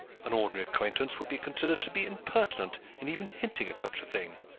an ordinary acquaintance would be considered to be impertinent in even hinting at such a thing,